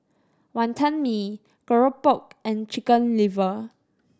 Wantan Mee keropok and Chicken Liver